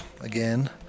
again